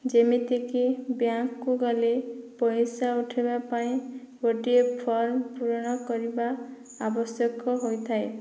ଯେମିତିକି ବ୍ୟାଙ୍କକୁ ଗଲେ ପଇସା ଉଠେଇବା ପାଇଁ ଗୋଟିଏ ଫର୍ମ ପୂରଣ କରିବା ଆବଶ୍ୟକ ହୋଇଥାଏ